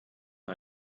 ein